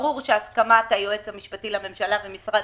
ברור שהסכמת היועץ המשפטי לממשלה ומשרד